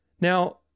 Now